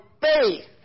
faith